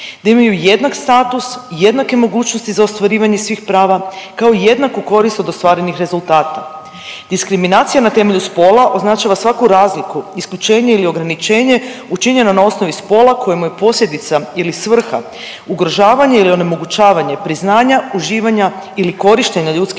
da imaju jednak status, jednake mogućnosti za ostvarivanje svih prava kao i jednaku korist od ostvarenih rezultata. Diskriminacija na temelju spola označava svaku razliku, isključenje ili ograničenje učinjeno na osnovi spola kojemu je posljedica ili svrha ugrožavanje ili onemogućavanje priznanja, uživanja ili korištenja ljudskih